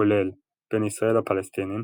כולל בין ישראל לפלסטינים,